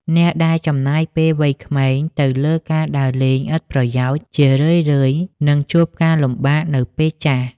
អ្នកដែលចំណាយពេលវ័យក្មេងទៅលើការដើរលេងឥតប្រយោជន៍ ជារឿយៗនឹងជួបការលំបាកនៅពេលចាស់។